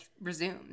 resumed